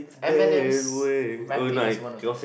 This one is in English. Eminem's rapping is one of the best